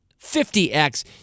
50x